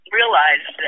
realize